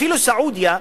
אפילו סעודיה,